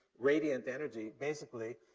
radiant energy basically,